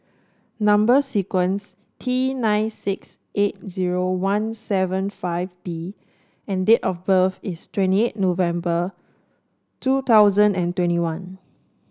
number sequence T nine six eight zero one seven five B and date of birth is twenty eight November two thousand and twenty one